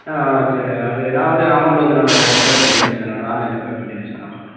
ஆ சரி அது நான் வந்து அமௌண்ட் வந்து நான் பே பண்ணிடறேன் சார் நான் ஆன்லைனில் பே பண்ணிடறேன் சார் அமௌண்ட் வந்து